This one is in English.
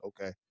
Okay